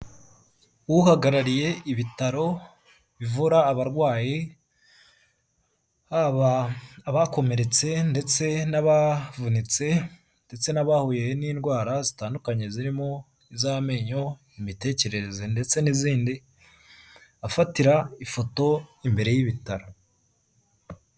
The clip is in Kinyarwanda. Uhagarariye ibitaro bivura abarwayi haba abakomeretse ndetse n'abavunitse ndetse n'abahuye n'indwara zitandukanye, zirimo iz'amenyo, imitekerereze ndetse n'izindi afatira ifoto imbere y'ibitaro.